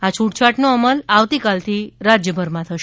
આ છૂટછાટનો અમલ આવતીકાલથી રાજ્યભરમાં થશે